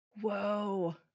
Whoa